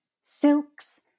silks